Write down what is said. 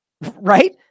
Right